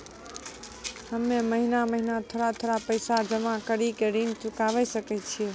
हम्मे महीना महीना थोड़ा थोड़ा पैसा जमा कड़ी के ऋण चुकाबै सकय छियै?